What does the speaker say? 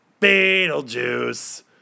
beetlejuice